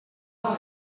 level